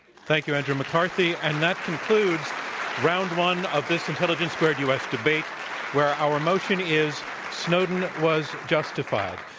thank you, andrew mccarthy. and that concludes round one of this intelligence squared u. s. debate where our motion is snowden was justified.